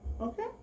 Okay